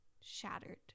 shattered